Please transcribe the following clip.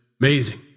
Amazing